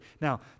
Now